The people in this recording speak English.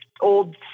old